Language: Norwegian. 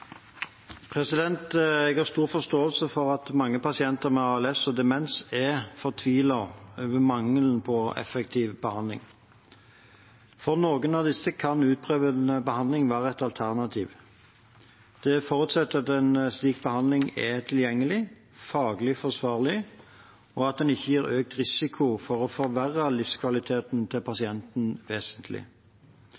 Jeg har stor forståelse for at mange pasienter med ALS og demens er fortvilte over mangelen på effektiv behandling. For noen av disse kan utprøvende behandling være et alternativ. Det forutsetter at en slik behandling er tilgjengelig, faglig forsvarlig, og at den ikke gir økt risiko for å forverre livskvaliteten til